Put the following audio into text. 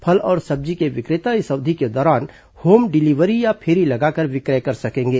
फल और सब्जी के वि क्रे ता इस अवधि के दौरान होम डिलीवरी या फेरी लगाकर वि क्र य कर सकेंगे